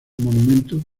monumento